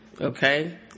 okay